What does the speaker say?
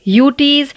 UTs